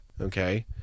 okay